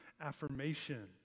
affirmation